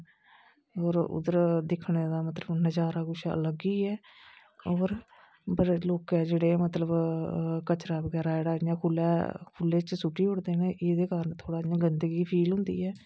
औऱ उद्धर दिक्खने दा मतलब नजारा कुछ अलग ही ऐ और बडे़ लोके जेहडे़ मतलब कचरा बगैरा जेहडा इयां खुला खुल्ले च सुट्टी ओड़दे ना एहदे कारण थोह्ड़ा इयां गंदगी फील होंदी ऐ